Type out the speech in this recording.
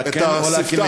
על הכן או על הכנה?